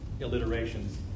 alliterations